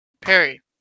Perry